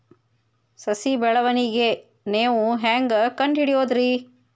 ಸಸಿ ಬೆಳವಣಿಗೆ ನೇವು ಹ್ಯಾಂಗ ಕಂಡುಹಿಡಿಯೋದರಿ?